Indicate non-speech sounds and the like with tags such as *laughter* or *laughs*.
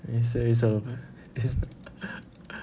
then say it's a *laughs*